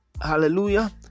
hallelujah